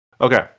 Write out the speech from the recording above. okay